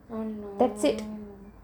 that's it